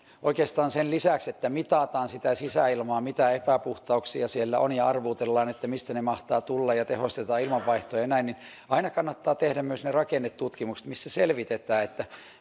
oikeastaan sen lisäksi että mitataan sitä sisäilmaa mitä epäpuhtauksia siellä on ja arvuutellaan mistä ne mahtavat tulla ja tehostetaan ilmanvaihtoa ja näin aina kannattaa tehdä myös ne rakennetutkimukset missä selvitetään